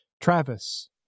Travis